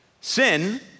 sin